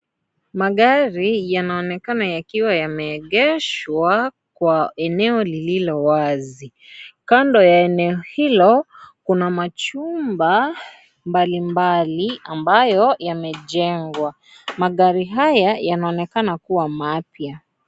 Magari yanaonekana yakiwa yameegeshwa Kwa eneo lililo wazi, kando ya eneo hilo kuna machumba mbalimbali ambayo yamejengwa. Magari haya yanaonekana kuwa mapya .